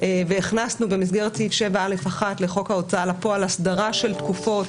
והכנסנו במסגרת סעיף 7א(1) לחוק ההוצאה לפועל הסדרה של תקופות